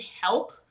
help